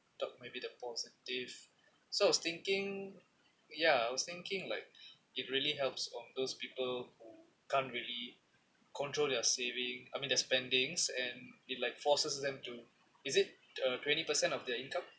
talk maybe the positive so I was thinking ya I was thinking like it really helps on those people can't really control their saving I mean the spendings and it like forces them to is it uh twenty per cent of their income